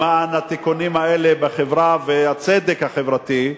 למען התיקונים האלה בחברה והצדק החברתי,